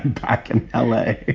back in l a.